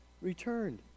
returned